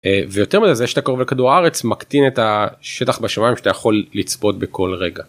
ויותר מזה זה שאתה קרוב לכדור הארץ מקטין את השטח בשמים שאתה יכול לצפות בכל רגע.